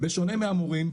בשונה מהמורים,